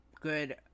good